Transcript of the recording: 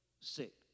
sick